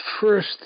first